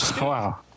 wow